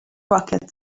rocket